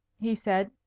he said,